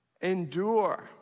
Endure